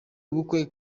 ubukwe